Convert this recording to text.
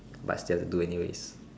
but still have to do it anyways